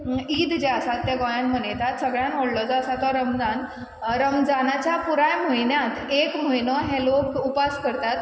ईद जे आसात तें गोंयान मनयतात सगल्यान व्हडलो जो आसा तो रमजान रमजानाच्या पुराय म्हयन्यांत एक म्हयनो हे लोक उपास करतात